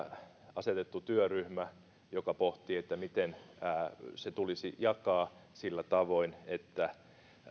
asetettu työryhmä joka pohtii miten se tulisi jakaa sillä tavoin että